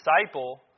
disciple